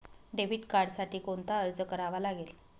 Debit कार्डसाठी कोणता अर्ज करावा लागेल?